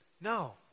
No